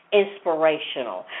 inspirational